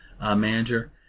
manager